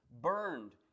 burned